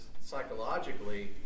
psychologically